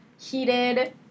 heated